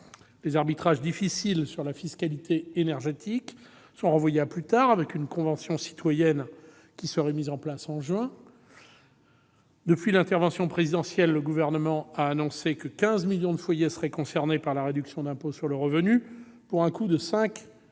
Les arbitrages difficiles sur la fiscalité énergétique sont renvoyés à plus tard. Une convention citoyenne serait mise en place en juin. Depuis l'intervention présidentielle, le Gouvernement a annoncé que 15 millions de foyers seraient concernés par la réduction d'impôt sur le revenu, pour un coût de 5